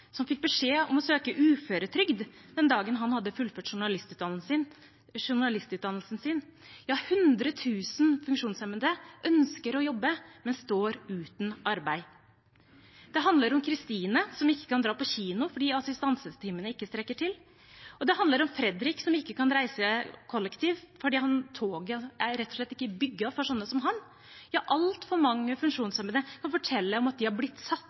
som fikk beskjed om å søke uføretrygd den dagen han hadde fullført journalistutdannelsen sin – ja, 100 000 funksjonshemmede ønsker å jobbe, men står uten arbeid – det handler om Kristine, som ikke kan dra på kino fordi assistanseteamene ikke strekker til, og det handler om Fredrik, som ikke kan reise kollektivt fordi toget rett og slett ikke er bygd for slike som ham. Ja, altfor mange funksjonshemmede kan fortelle om at de har blitt satt